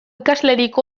ikaslerik